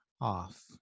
off